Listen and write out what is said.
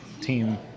team